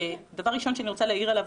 דבר ראשון שאני רוצה להעיר עליו,